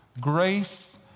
Grace